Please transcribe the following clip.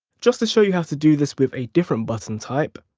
just to show you how to do this with a different button type.